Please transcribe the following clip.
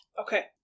Okay